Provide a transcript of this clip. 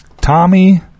Tommy